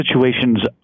situations